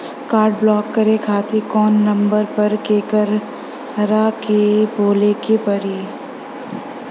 Card block करे खातिर कवना नंबर पर केकरा के बोले के परी?